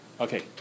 Okay